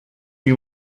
you